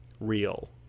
real